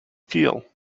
feel